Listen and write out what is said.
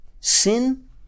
Sin